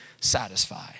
satisfy